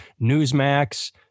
Newsmax